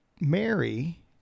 Mary